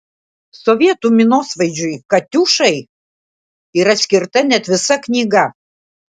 sovietų minosvaidžiui katiušai yra skirta net visa knyga